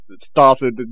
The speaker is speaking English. started